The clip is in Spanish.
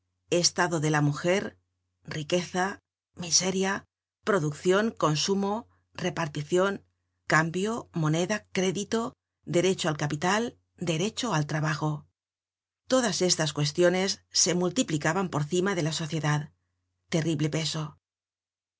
estado de la mujer riqueza miseria produccion consumo reparticion cambio moneda crédito derecho al capital derecho al trabajo todas estas cuestiones se multiplicaban por cima de la sociedad terrible peso